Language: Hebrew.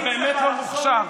אתה באמת לא מוכשר.